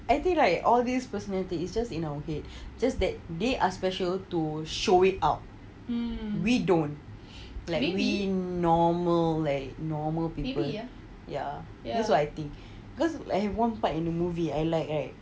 I think right all these personality is just in our head just that they are special to show it out we don't like we normal like normal people ya ya there's one part in the movie I like right